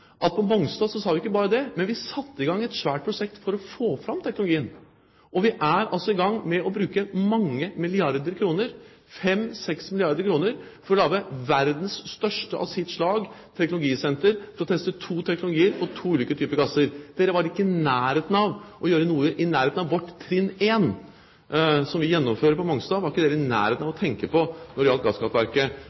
at på Mongstad sa vi ikke bare det, men vi satte i gang et svært prosjekt for å få fram teknologien, og vi er altså i gang med å bruke mange milliarder kroner – 5–6 milliarder kr – for å lage verdens største teknologisenter i sitt slag for å teste to teknologier og to ulike typer gasser. Dere var ikke i nærheten av å gjøre noe i nærheten av vårt trinn 1, som vi gjennomfører på Mongstad. Dere var ikke i nærheten av å tenke på dette når det gjaldt